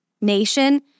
nation